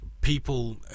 people